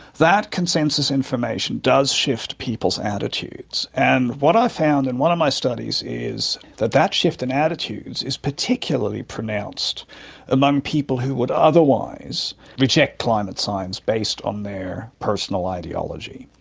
that consensus information does shift people's attitudes. and what i found in one of my studies is that that shift in attitudes is particularly pronounced among people who would otherwise reject climate science based on their their personal ideology.